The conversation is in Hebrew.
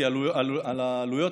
כי העלויות,